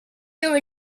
your